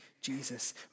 Jesus